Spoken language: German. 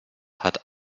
hat